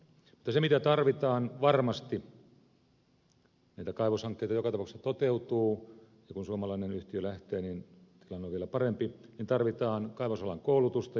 mutta se mitä tarvitaan varmasti sillä näitä kaivoshankkeita joka tapauksessa toteutuu ja kun suomalainen yhtiö lähtee tilanne on vielä parempi on kaivosalan koulutusta